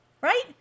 right